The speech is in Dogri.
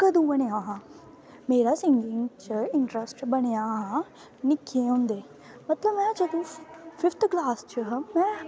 कदूं बनेआ हा मेरा सिंगिंग च इंट्रस्ट बनेआ हा निक्के होंदे मतलव में फिफ्थ कलास च ही